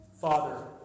Father